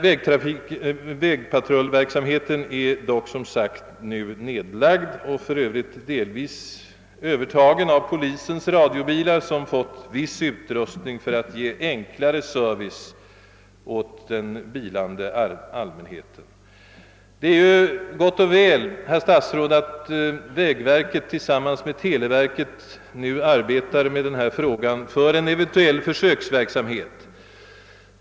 Vägpatrullverksamheten är dock som sagt nu nedlagd eller delvis övertagen av polisens radiobilar, som fått viss utrustning för att ge enklare service åt den bilande allmänheten. Det är gott och väl, herr statsråd, att vägverket tillsammans med televerket arbetar med frågan om en eventuell försöksverksamhet.